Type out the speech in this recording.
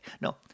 no